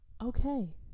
Okay